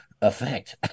effect